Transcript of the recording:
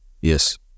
Yes